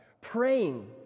praying